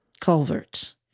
culverts